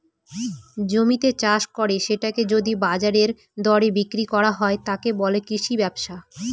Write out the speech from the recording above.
জমিতে চাষ করে সেটাকে যদি বাজারের দরে বিক্রি করা হয়, তাকে বলে কৃষি ব্যবসা